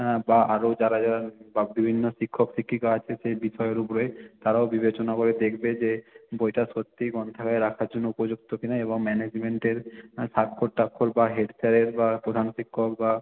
হ্যাঁ বা আরও যারা যারা সব বিভিন্ন শিক্ষক শিক্ষিকা আছে সেই বিষয়ের উপরে তারাও বিবেচনা করে দেখবে যে বইটা সত্যি গ্রন্থাগারে রাখার জন্য উপযুক্ত কি না এবং ম্যানেজমেন্টের স্বাক্ষর টাক্ষর বা হেড স্যারের বা প্রধান শিক্ষক বা